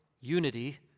unity